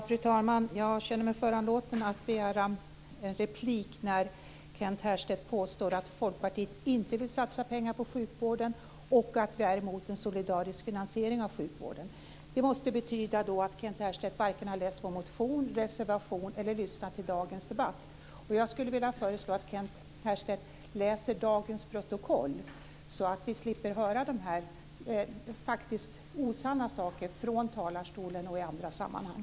Fru talman! Jag kände mig föranlåten att begära replik när Kent Härstedt påstod att Folkpartiet inte vill satsa pengar på sjukvården och är emot en solidarisk finansiering av sjukvården. Det måste betyda att Kent Härstedt varken har läst vår motion eller vår reservation och inte har lyssnat på dagens debatt. Jag skulle vilja föreslå att Kent Härstedt läser dagens protokoll så att vi slipper höra dessa osanna saker från talarstolen och i andra sammanhang.